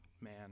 man